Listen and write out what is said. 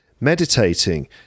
meditating